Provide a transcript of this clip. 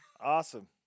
Awesome